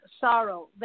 sorrow